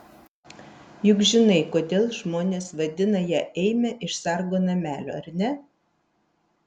juk žinai kodėl žmonės vadina ją eime iš sargo namelio ar ne